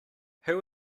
who